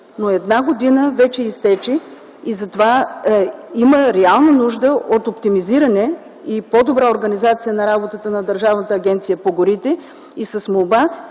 а една година вече изтече. Затова има реална нужда от оптимизиране и по-добра организация в работата на Държавната агенция по горите и с молба